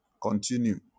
Continue